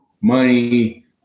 money